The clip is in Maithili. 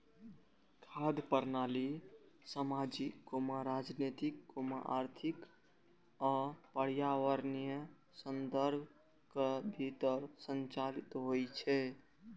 खाद्य प्रणाली सामाजिक, राजनीतिक, आर्थिक आ पर्यावरणीय संदर्भक भीतर संचालित होइ छै